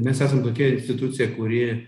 mes esam tokia institucija kuri